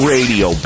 Radio